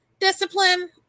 discipline